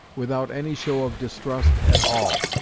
without any show of distrust at all.